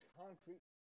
concrete